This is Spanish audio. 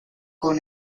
con